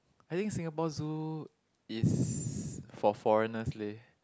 I think Singapore Zoo is for foreigners leh